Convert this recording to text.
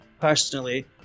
personally